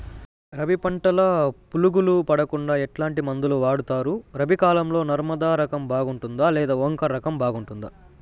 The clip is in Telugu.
రబి పంటల పులుగులు పడకుండా ఎట్లాంటి మందులు వాడుతారు? రబీ కాలం లో నర్మదా రకం బాగుంటుందా లేదా ఓంకార్ రకం బాగుంటుందా?